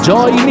Joy